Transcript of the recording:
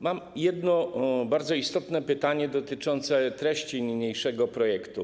Mam jedno bardzo istotne pytanie dotyczące treści niniejszego projektu.